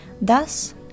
thus